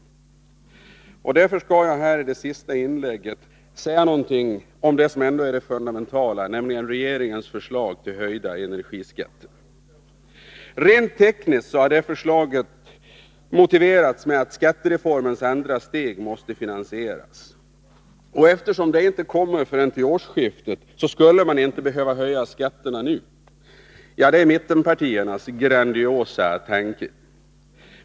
Därför skall jag i detta det sista inlägget säga någonting om det som ändå är det fundamentala, nämligen regeringens förslag till höjda energiskatter. Rent tekniskt har detta förslag motiverats med att skattereformens andra steg måste finansieras. Eftersom detta andra steg inte kommer förrän till årsskiftet, skulle man inte behöva höja skatterna nu — det är mittenpartiernas grandiosa tanke.